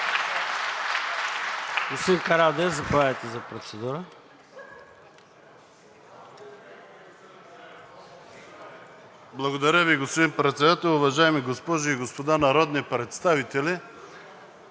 Благодаря Ви, господин Председател. Уважаеми госпожи и господа народни представители!